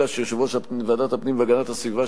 אלא שיושב-ראש ועדת הפנים והגנת הסביבה,